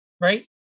right